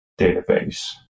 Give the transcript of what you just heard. database